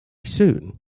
soon